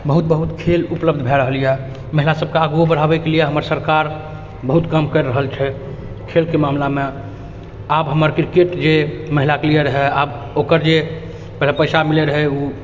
बहुत बहुत खेल उपलब्ध भयऽ रहल यऽ महिला सबके आगूओ बढ़ाबैके लिए हमर सरकार बहुत काम करि रहल छै खेलके मामिलामे आब हमर क्रिकेट जे महिला प्लेयर यऽ आब ओकर जे पैसा मिलै रहै उ